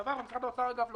דרך אגב, משרד האוצר לא